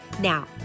Now